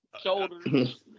shoulders